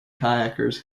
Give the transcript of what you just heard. kayakers